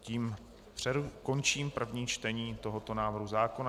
Tím končím první čtení tohoto návrhu zákona.